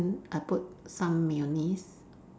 then I put some mayonnaise